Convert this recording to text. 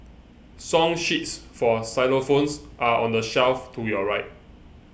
song sheets for xylophones are on the shelf to your right